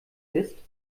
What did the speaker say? ist